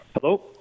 Hello